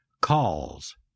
calls